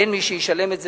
אין מי שישלם את זה.